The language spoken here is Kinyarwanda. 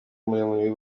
muremure